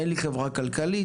אין לי חברה כלכלית,